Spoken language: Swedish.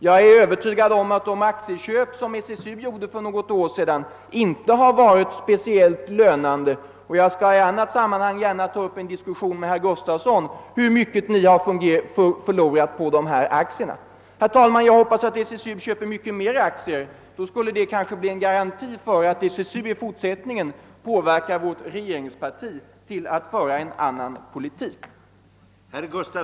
Jag är övertygad om att de aktieköp som SSU gjorde för något år sedan inte har varit speciellt lönande, och jag skall gärna i annat sammanhang ta upp en diskussion med herr Gustavsson om hur mycket ni eventuellt har förlorat på dessa aktier. Herr talman! Jag hoppas att SSU köper mycket fler aktier. Det kan bli en garanti för att SSU i fortsättningen påverkar regeringspartiet att föra en annan ekonomisk politik.